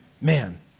Man